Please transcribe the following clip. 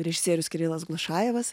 režisierius kirilas glušajevas